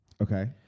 Okay